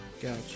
Gotcha